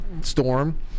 storm